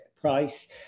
price